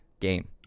game